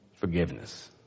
Forgiveness